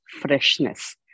freshness